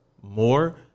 More